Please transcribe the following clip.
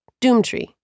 Doomtree